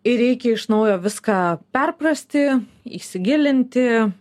ir reikia iš naujo viską perprasti įsigilinti